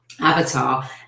Avatar